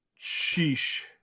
sheesh